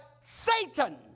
Satan